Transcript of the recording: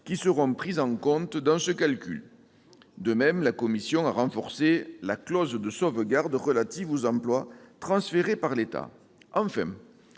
qui seront prises en compte dans ce calcul. De même, la commission a renforcé la clause de sauvegarde relative aux emplois transférés par l'État.